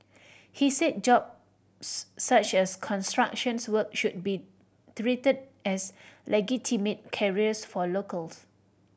he said jobs such as constructions work should be treated as legitimate careers for locals